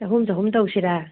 ꯆꯍꯨꯝ ꯆꯍꯨꯝ ꯇꯧꯁꯤꯔ